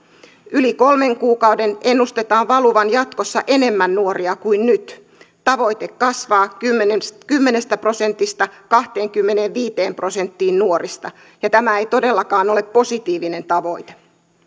yli kolmen kuukauden ennustetaan valuvan jatkossa enemmän nuoria kuin nyt tavoite kasvaa kymmenestä kymmenestä prosentista kahteenkymmeneenviiteen prosenttiin nuorista ja tämä ei todellakaan ole positiivinen tavoite